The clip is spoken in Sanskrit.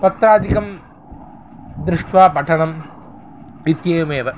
पत्रादिकं दृष्ट्वा पठनम् इत्येवमेव